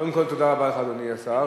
קודם כול, תודה רבה לך, אדוני השר.